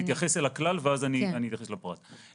ברשותכם אני אתייחס אל הכלל ואז אני אתייחס לפרט.